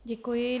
Děkuji.